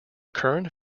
current